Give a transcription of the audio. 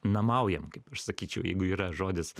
namaujam kaip aš sakyčiau jeigu yra žodis